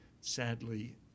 sadly